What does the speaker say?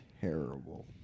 terrible